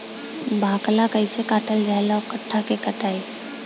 बाकला कईसे काटल जाई औरो कट्ठा से कटाई?